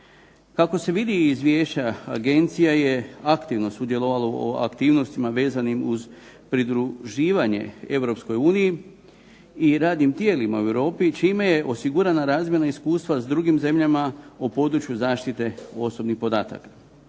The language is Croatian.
Kako se vidi iz izvješća agencija je aktivno sudjelovala u aktivnostima vezanim uz pridruživanje Europskoj uniji i radnim tijelima u Europi, čime je osigurana razmjena iskustva s drugim zemljama o području zaštite osobnih podataka.